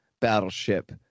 battleship